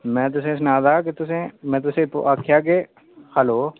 में तुसें ई सनाऽ दा कि तुसें ई में तुसें ई आखेआ कि हैलो